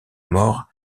mort